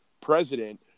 president